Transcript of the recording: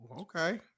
Okay